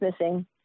missing